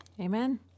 Amen